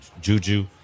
Juju